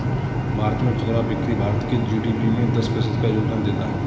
भारत में खुदरा बिक्री भारत के जी.डी.पी में दस प्रतिशत का योगदान देता है